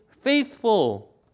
faithful